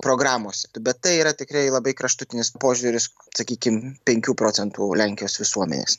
programose bet tai yra tikrai labai kraštutinis požiūris sakykim penkių procentų lenkijos visuomenės